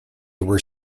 were